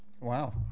Wow